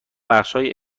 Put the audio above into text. بخشهای